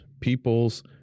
peoples